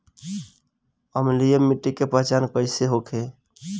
अम्लीय मिट्टी के पहचान कइसे होखे?